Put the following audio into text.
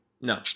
No